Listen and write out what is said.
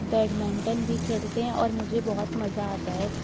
badminton بھی کھیلتے ہیں اور مجھے بہت مزہ آتا ہے